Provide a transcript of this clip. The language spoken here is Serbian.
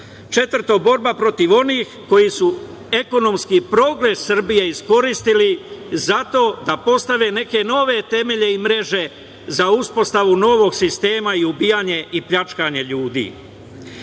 domu. Četvrto, borba protiv onih koji su ekonomski progres Srbije iskoristili zato da postave neke nove temelje i mreže za uspostavu novog sistema i ubijanje i pljačkanje ljudi.